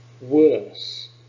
worse